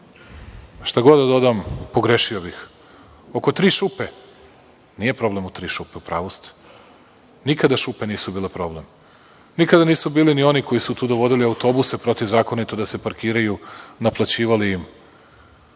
Šta god da dodam pogrešio bih. Oko tri šupe, nije problem u tri šupe, u pravu ste. Nikada šupe nisu bile problem. Nikada nisu bili ni oni koji su tu dovodili autobuse protivzakonito da se parkiraju, naplaćivali im